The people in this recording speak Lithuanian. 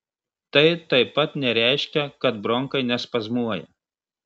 tai taip pat nereiškia kad bronchai nespazmuoja